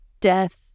death